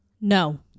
No